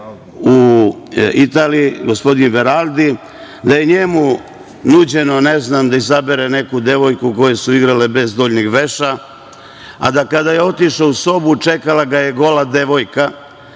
u Italiji gospodin Veraldi, da je njemu nuđeno ne znam da izabere neku devojku koje su igrale bez donjeg veša, a kada je otišao u sobu čekala ga je gola